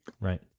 right